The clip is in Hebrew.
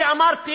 אני אמרתי